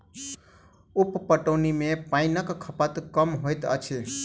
उप पटौनी मे पाइनक खपत कम होइत अछि